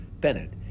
Bennett